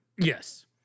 Yes